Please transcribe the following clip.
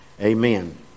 Amen